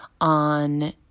on